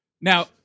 Now